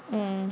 mm